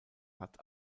hat